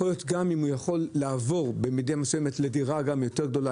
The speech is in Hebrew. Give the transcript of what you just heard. גם אם הוא יכול לעבור במידה מסויימת לדירה יותר גדולה,